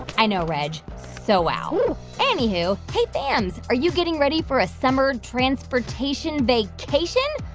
i know, reg so wow anywho, hey, fams, are you getting ready for a summer transportation vacation?